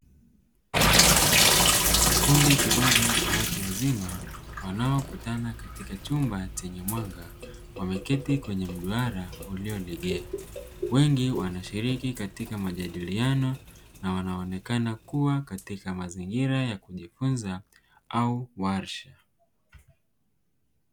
Kikundi kidogo cha watu wazima wanaokutana katika chumba chenye mwanga, wameketi kwenye mduara uliolegea wengi wanashiriki katika majadiliano na wanaonekana kuwa katika mazingira ya kujifunza au warsha.